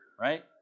right